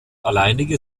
alleinige